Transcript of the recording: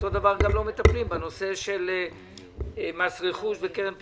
אותו דבר גם לא מטפלים בנושא של מס רכוש וקרן פיצויים,